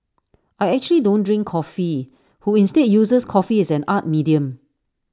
I actually don't drink coffee who instead uses coffee as an art medium